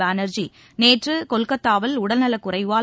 பானர்ஜி நேற்று கொல்கத்தாவில் உடல்நலக் குறைவால்